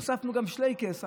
הוספנו גם שלייקעס,